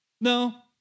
no